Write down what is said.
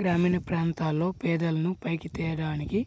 గ్రామీణప్రాంతాల్లో పేదలను పైకి తేడానికి